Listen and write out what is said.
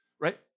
right